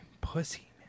pussy